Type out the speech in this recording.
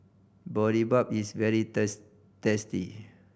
boribap is very tasty